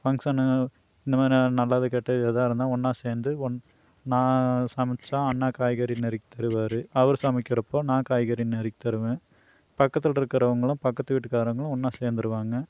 function இந்த மாதிரி நல்லது கெட்டது எதா இருந்தால் ஒன்றாக சேர்ந்து ஒன் நா சமச்சா அண்ணா காய்கறி நறுக்கி தருவார் அவரு சமைக்கிறப்போ நான் காய்கறி நறுக்கி தருவேன் பக்கத்தில் இருக்கிறவங்களும் பக்கத்து வீட்டுக்காரங்களும் ஒன்றாக சேர்ந்திருவாங்க